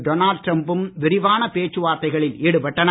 Donald டிரம்பும் விரிவான பேச்சுவார்த்தைகளில் ஈடுபட்டனர்